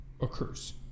occurs